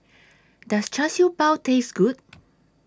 Does Char Siew Bao Taste Good